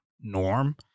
norm